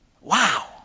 Wow